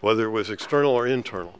whether it was external or internal